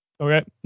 Okay